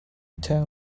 tell